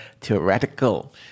theoretical